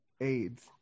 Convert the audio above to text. AIDS